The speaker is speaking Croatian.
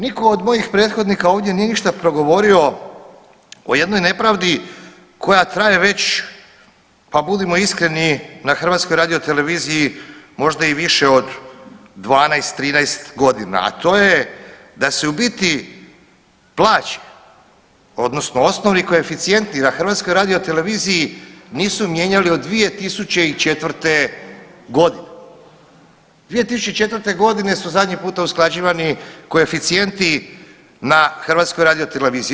Nitko od mojih prethodnika ovdje nije ništa progovorio o jednoj nepravdi koja traje već, pa budimo iskreni, na HRT-u možda i više od 12, 13 godina, a to je da se u biti plaće, odnosno osnovni koeficijenti na HRT-u nisu mijenjali od 2004. g. 2004. g. su zadnji puta usklađivani koeficijenti na HRT-u.